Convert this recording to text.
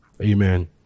Amen